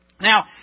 Now